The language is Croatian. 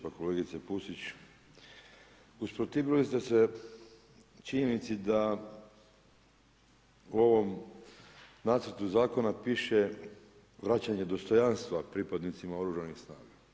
Pa kolegice Pusić, usprotivili ste se činjenici da o ovom nacrtu zakona piše vraćanje dostojanstva pripadnicima Oružanih snaga.